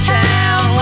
town